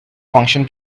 function